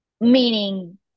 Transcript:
meaning